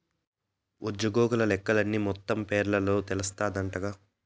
ఉజ్జోగుల లెక్కలన్నీ మొత్తం పేరోల్ల తెలస్తాందంటగా